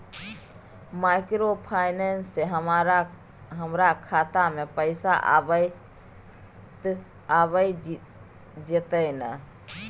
Microfinance से हमारा खाता में पैसा आबय जेतै न?